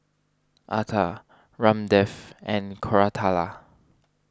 Atal Ramdev and Koratala